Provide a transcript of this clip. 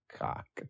cock